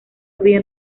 bien